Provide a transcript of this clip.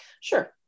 Sure